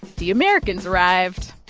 the americans arrived